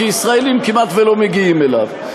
כי ישראלים כמעט שלא מגיעים אליו.